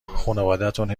خونوادتون